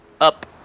up